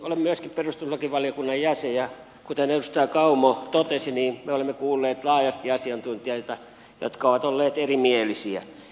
olen myöskin perustuslakivaliokunnan jäsen ja kuten edustaja kauma totesi me olemme kuulleet laajasti asiantuntijoita jotka ovat olleet erimielisiä